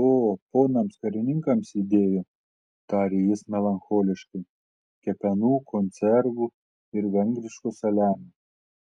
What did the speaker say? o ponams karininkams įdėjo tarė jis melancholiškai kepenų konservų ir vengriško saliamio